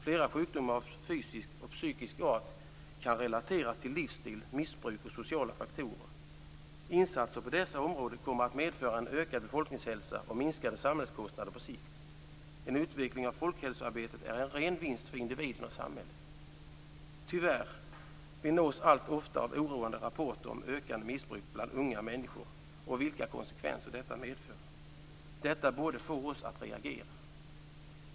Flera sjukdomar av fysisk och psykisk art kan relateras till livsstil, missbruk och sociala faktorer. Insatser på dessa områden kommer att medföra en ökad befolkningshälsa och minskade samhällskostnader på sikt. En utveckling av folkhälsoarbetet är en ren vinst för individen och samhället. Tyvärr nås vi allt oftare av oroande rapporter om ökande missbruk bland unga människor och vilka konsekvenser detta medför. Detta borde få oss att reagera.